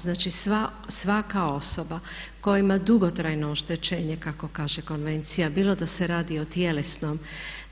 Znači, svaka osoba koja ima dugotrajno oštećenje kako kaže Konvencija, bilo da se radi o tjelesnom,